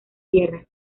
tierra